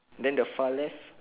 then the far left